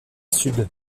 sud